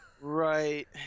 right